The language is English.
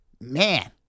Man